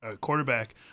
quarterback